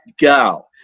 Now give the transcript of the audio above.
go